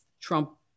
Trump